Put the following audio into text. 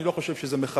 אני לא חושב שזה מכבד.